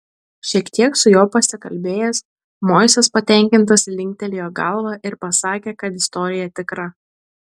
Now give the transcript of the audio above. šiek tiek su juo pasikalbėjęs moisas patenkintas linktelėjo galva ir pasakė kad istorija tikra